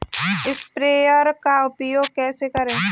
Sprayer का उपयोग कैसे करें?